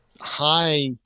high